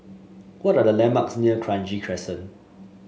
what are the landmarks near Kranji Crescent